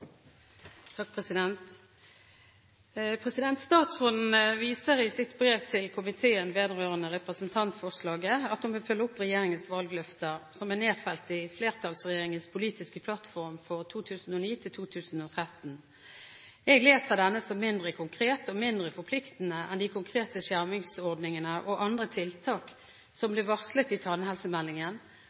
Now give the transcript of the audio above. komiteen vedrørende representantforslaget at hun vil følge opp regjeringens valgløfter, som er nedfelt i flertallsregjeringens politiske plattform for 2009–2013. Jeg leser denne som mindre konkret og mindre forpliktende enn de konkrete skjermingsordningene og andre tiltak som ble varslet i